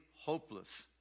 hopeless